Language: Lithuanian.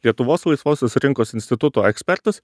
lietuvos laisvosios rinkos instituto ekspertas